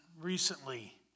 recently